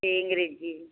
ਅਤੇ ਅੰਗਰੇਜ਼ੀ